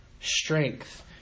strength